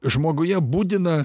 žmoguje budina